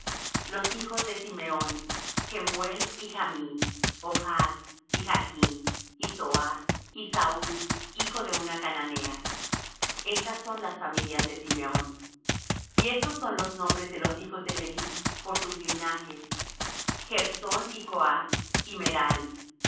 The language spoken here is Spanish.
los hijos de simeón jemuel y jamín y ohad y jachn y zoar y saúl hijo de una cananea estas son las familias de simeón y estos son los nombres de los hijos de leví por sus linajes gersón y coath y merari y